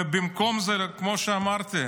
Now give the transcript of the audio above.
ובמקום זה, כמו שאמרתי,